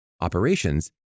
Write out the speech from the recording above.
operations